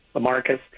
Marcus